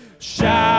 Shout